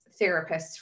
therapists